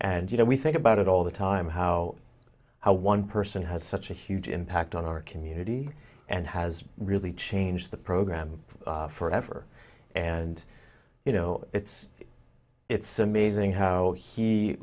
and you know we think about it all the time how how one person has such a huge impact on our community and has really changed the program forever and you know it's it's amazing how he